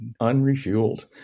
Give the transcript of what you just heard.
Unrefueled